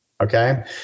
Okay